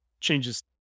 changes